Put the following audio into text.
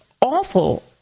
awful